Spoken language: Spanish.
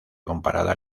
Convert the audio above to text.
comparada